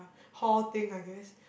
hall thing I guess